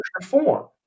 reform